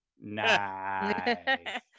Nice